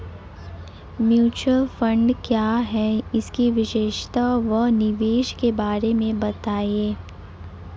Mutual fund क्या है इसकी विशेषता व निवेश के बारे में बताइये?